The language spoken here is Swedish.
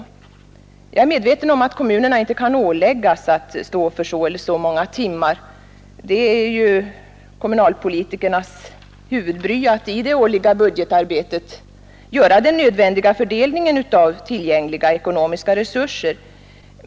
Jag är medveten om att kommunerna inte kan åläggas att stå för så eller så många timmar social hemhjälp. Det är kommunalpolitikernas huvudbry att i det årliga budgetarbetet göra den nödvändiga fördelningen av tillgängliga ekonomiska resurser.